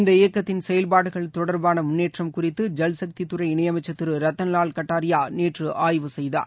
இந்த இயக்கத்தின் செயல்பாடுகள் தொடர்பான முன்னேற்றம் குறித்து ஜல்சக்தித்துறை இணையமைச்சர் திரு ரத்தன்லால் கட்டாரியா நேற்று ஆய்வு செய்தார்